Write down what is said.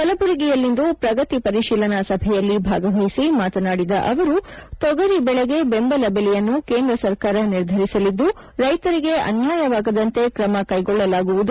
ಕಲಬುರಗಿಯಲ್ಲಿಂದು ಪ್ರಗತಿ ಪರಿಶೀಲನಾ ಸಭೆಯಲ್ಲಿ ಭಾಗವಹಿಸಿ ಮಾತನಾಡಿದ ಅವರು ತೊಗರಿ ಬೆಳೆಗೆ ಬೆಂಬಲ ಬೆಲೆಯನ್ನು ಕೇಂದ್ರ ಸರ್ಕಾರ ನಿರ್ಧರಿಸಲಿದ್ದು ರೈತರಿಗೆ ಅನ್ಯಾಯವಾಗದಂತೆ ಕ್ರಮಕೈಗೊಳ್ಳಲಾಗುವುದು